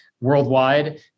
worldwide